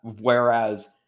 Whereas